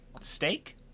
steak